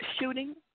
shooting